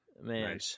man